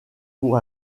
pour